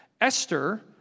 Esther